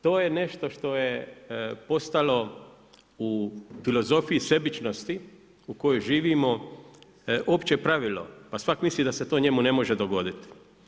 To je nešto što je postalo u filozofiji sebičnosti u kojoj živimo opće pravilo pa svak misli da se to njemu ne može dogoditi.